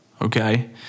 okay